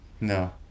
No